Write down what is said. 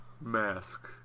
mask